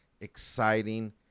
exciting